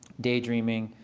daydreaming.